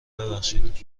ببخشید